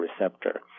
receptor